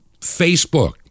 Facebook